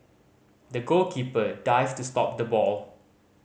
the goalkeeper dived to stop the ball